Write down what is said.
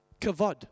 Kavod